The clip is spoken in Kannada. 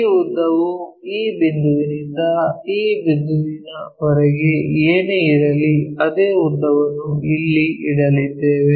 ಈ ಉದ್ದವು ಈ ಬಿಂದುವಿನಿಂದ ಈ ಬಿಂದುವರೆಗೆ ಏನೇ ಇರಲಿ ಅದೇ ಉದ್ದವನ್ನು ಇಲ್ಲಿ ಇಡಲಿದ್ದೇವೆ